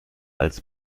als